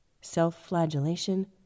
self-flagellation